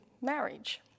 marriage